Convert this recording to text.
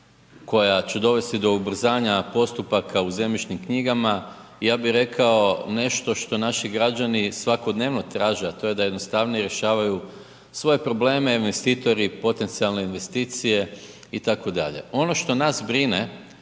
koja će dovesti do ubrzanja postupaka u zemljišnim knjigama. Ja bih rekao nešto što naši građani svakodnevno traže, a to jednostavnije rješavaju svoje probleme, investitori, potencijalne investicije, itd. Ono što nas brine